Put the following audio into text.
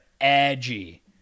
edgy